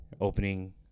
opening